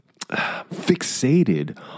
fixated